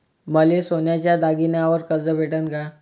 मले सोन्याच्या दागिन्यावर कर्ज भेटन का?